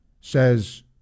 says